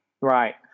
Right